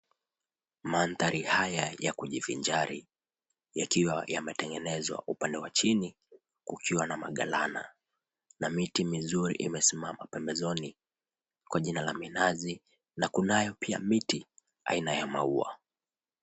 Manthari haya ya kujivinjari, yakiwa yametengenezwa upande wa chini, kukiwa na magalana, na miti mizuri imesimama pembezoni kwa jina la minazi, na kunayo pia miti aina ya maua.